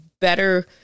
better